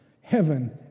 Heaven